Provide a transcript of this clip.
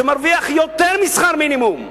שמרוויח יותר משכר מינימום.